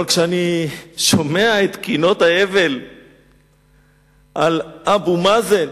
אבל, כשאני שומע את קינות האבל על אבו מאזן,